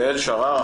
יעל שרר.